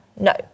No